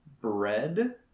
Bread